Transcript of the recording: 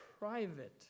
private